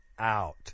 out